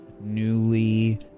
newly